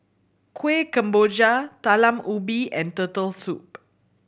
Kuih Kemboja Talam Ubi and Turtle Soup